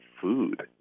food